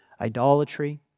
idolatry